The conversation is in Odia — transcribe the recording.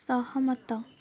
ସହମତ